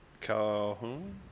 Calhoun